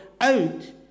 out